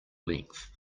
length